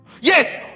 Yes